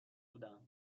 بودم